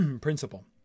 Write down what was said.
principle